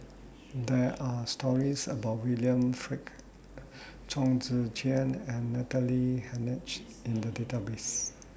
There Are stories about William Farquhar Chong Tze Chien and Natalie Hennedige in The Database